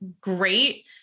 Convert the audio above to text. great